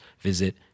visit